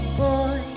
boy